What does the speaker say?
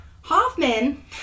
Hoffman